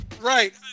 Right